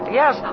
yes